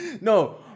No